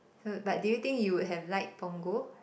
but do you think you would have liked Punggol